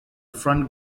front